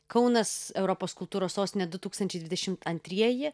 kaunas europos kultūros sostinė du tūkstančiai dvidešimt antrieji